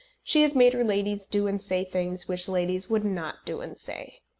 she has made her ladies do and say things which ladies would not do and say.